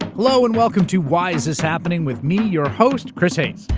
hello, and welcome to why is this happening, with me, your host, chris hayes.